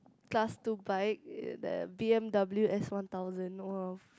class two bike yeah the B_M_W S one thousand !wah!